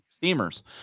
Steamers